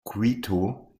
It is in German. quito